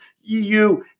EU